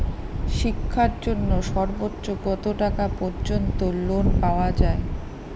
শিক্ষার জন্য সর্বোচ্চ কত টাকা পর্যন্ত লোন পাওয়া য়ায়?